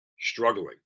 struggling